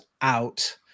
out